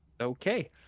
Okay